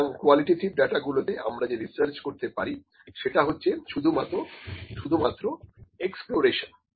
সুতরাং qualitative data গুলো তে আমরা যে রিসার্চ করতে পারি সেটা হচ্ছে শুধুমাত্র এক্সপ্লোরেশন